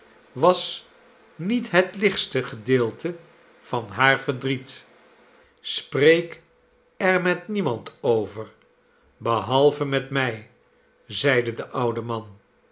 monflathers niet het lichtste gedeelte van haar verdriet spreek er met niemand over behalve met mij zeide de oude man